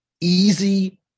easy